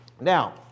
Now